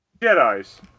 Jedi's